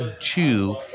two